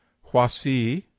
huasi,